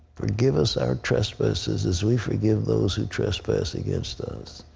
forgive us our trespasses as we forgive those who trespass against us.